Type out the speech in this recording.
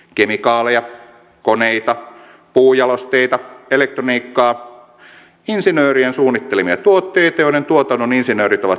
kemikaaleja koneita puujalosteita elektroniikkaa insinöörien suunnittelemia tuotteita joiden tuotannon insinöörit ovat suunnitelleet